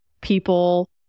people